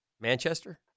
Manchester